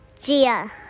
Gia